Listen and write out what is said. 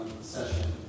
session